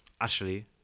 Ashley